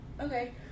Okay